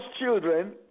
children